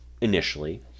initially